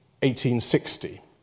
1860